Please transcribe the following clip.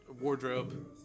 wardrobe